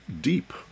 deep